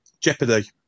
Jeopardy